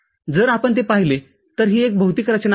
जर आपण ते पाहिले तर ही एक भौतिक रचना आहे